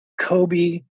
Kobe